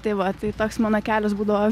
tai va tai toks mano kelias būdavo